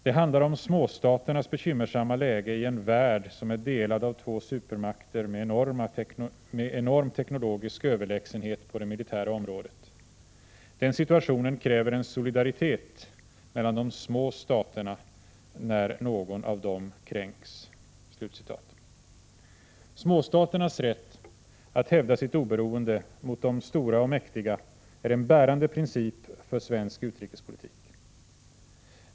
Det handlar om småstaternas bekymmersamma läge i en värld som är delad av två supermakter med enorm teknologisk överlägsenhet på det militära området. Den situationen kräver en solidaritet mellan de små staterna när någon av dem kränks.” Småstaternas rätt att hävda sitt oberoende mot de stora och mäktiga är en bärande princip för svensk utrikespolitik.